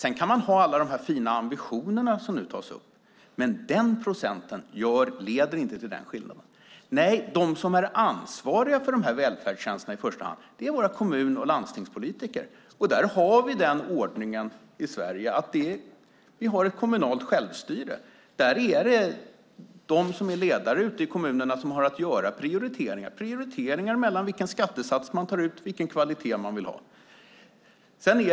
Man kan ha alla de fina ambitioner som tas upp, men den enda procenten leder inte till den skillnaden. Nej, de som är ansvariga för dessa välfärdstjänster i första hand är våra kommun och landstingspolitiker. Vi har den ordningen i Sverige att vi har ett kommunalt självstyre. De som är ledare ute i kommunerna har att göra prioriteringar mellan vilken skattesats man tar ut och vilken kvalitet man vill ha.